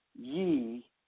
ye